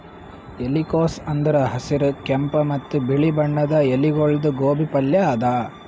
ಎಲಿಕೋಸ್ ಅಂದುರ್ ಹಸಿರ್, ಕೆಂಪ ಮತ್ತ ಬಿಳಿ ಬಣ್ಣದ ಎಲಿಗೊಳ್ದು ಗೋಬಿ ಪಲ್ಯ ಅದಾ